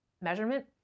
measurement